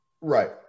Right